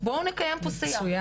בואו נקיים פה שיח,